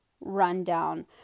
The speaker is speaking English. rundown